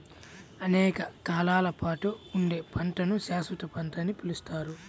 అనేక కాలాల పాటు ఉండే పంటను శాశ్వత పంట అని పిలుస్తారు